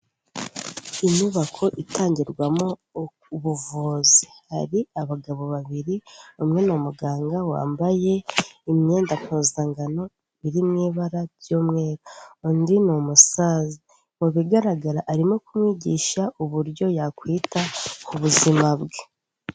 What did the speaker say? Inyubako itangirwamo ubuvuzi, har’abagabo babiri umwe n’umuganga wambaye imyenda mpuzankano iri mw’ibara ry'umweru, undi n’umusaza, mu bigaragara arimo kumwigisha uburyo yakwita ku buzima bwe.